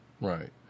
Right